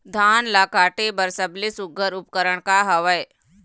धान ला काटे बर सबले सुघ्घर उपकरण का हवए?